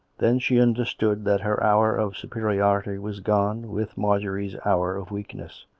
then she understood that her hour of superiority was gone with marjorie's hour of weakness